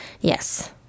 Yes